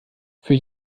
für